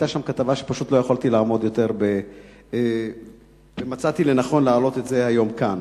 שפשוט לא יכולתי לעמוד בזה יותר ומצאתי לנכון להעלות את זה היום כאן.